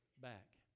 back